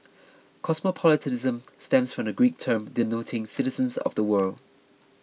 cosmopolitanism stems from the Greek term denoting citizens of the world